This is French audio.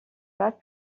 pas